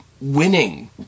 winning